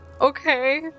Okay